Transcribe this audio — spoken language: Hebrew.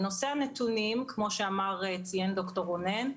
באשר לנתונים כפי שציין ד"ר רונן,